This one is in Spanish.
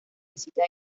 visita